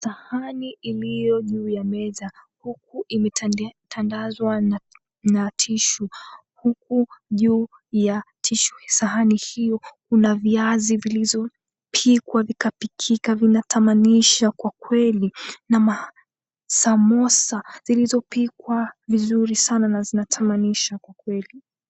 Sahani iliyo juu ya meza, huku imetandazwa na tissue . Huku juu ya tissue ya sahani hiyo kuna viazi vilizopikwa vikapikika vinatamanisha kwa kweli, na masamosa zilizopikwa vizuri sana na zinatamanisha kwa kweli.